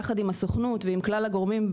יחד עם הסוכנות ועם כלל הגורמים,